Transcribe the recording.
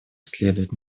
следует